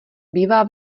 bývá